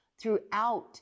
throughout